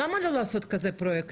למה לא לעשות כאלה פרויקטים?